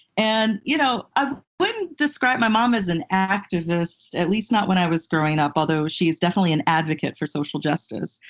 and you know i wouldn't describe my mom as an activist, at least not when i was growing up, although she is definitely an advocate for social justice.